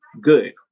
Good